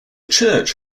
church